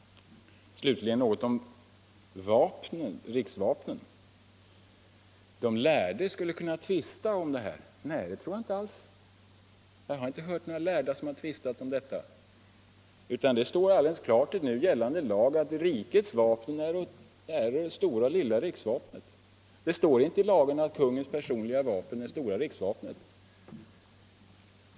Slutligen något om riksvapnen! De lärde skulle kunna tvista därom, trodde justitieministern. Nej, det tror jag inte alls; jag har i varje fall inte hört några lärda tvista om detta, utan det står alldeles klart i nu gällande lag att rikets vapen är stora och lilla riksvapnen. Det står inte i lagen att kungens personliga vapen är stora riksvapnet.